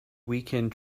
weekend